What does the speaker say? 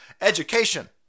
education